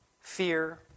fear